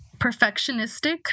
Perfectionistic